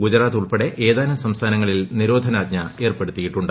ഗുജറാത്ത് ഉൾപ്പെടെ ഏതാനും സംസ്ഥാനങ്ങളിൽ നിരോധനാജ്ഞ ഏർപ്പെടുത്തിയിട്ടുണ്ട്